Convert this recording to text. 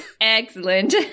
Excellent